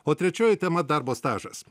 o trečioji tema darbo stažas